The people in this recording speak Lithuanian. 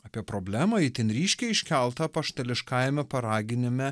apie problemą itin ryškiai iškeltą apaštališkajame paraginime